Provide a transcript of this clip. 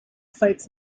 fights